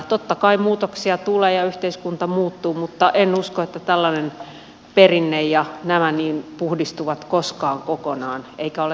totta kai muutoksia tulee ja yhteiskunta muuttuu mutta en usko että tällainen perinne ja nämä puhdistuvat koskaan kokonaan eikä ole tarkoituksenmukaistakaan